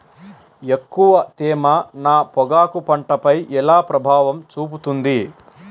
ఎక్కువ తేమ నా పొగాకు పంటపై ఎలా ప్రభావం చూపుతుంది?